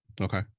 okay